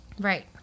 Right